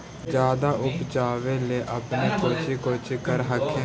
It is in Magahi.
जादे उपजाबे ले अपने कौची कौची कर हखिन?